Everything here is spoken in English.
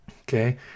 okay